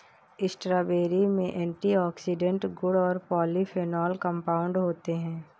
strawberry में antioxidant गुण और पॉलीफेनोल कंपाउंड होते हैं